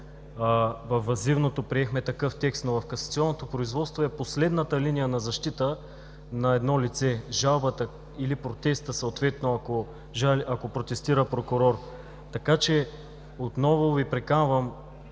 Във въззивното приехме такъв текст, но в касационното производство е последната линия на защита на едно лице – жалбата или протеста, съответно ако протестира прокурор. Така че, отново Ви приканвам,